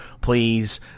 please